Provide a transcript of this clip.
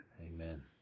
Amen